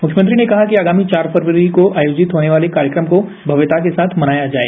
मुख्यमंत्री ने कहा कि आगामी चार फरवरी को आयोजित होने वाले कार्यक्रम को भव्यता के साथ मनाया जाए